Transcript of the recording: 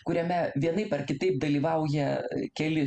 kuriame vienaip ar kitaip dalyvauja keli